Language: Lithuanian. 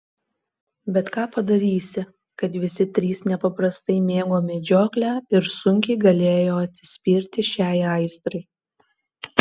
bet ką padarysi kad visi trys nepaprastai mėgo medžioklę ir sunkiai galėjo atsispirti šiai aistrai